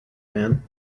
man